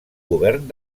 govern